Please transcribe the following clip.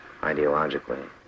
ideologically